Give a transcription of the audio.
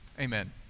Amen